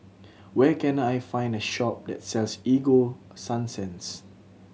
where can I find a shop that sells Ego Sunsense